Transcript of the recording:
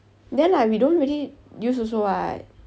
then like we don't really use also [what]